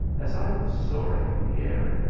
as i was soaring in the air,